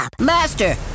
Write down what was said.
Master